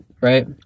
right